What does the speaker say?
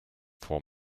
for